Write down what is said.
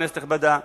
כנסת נכבדה,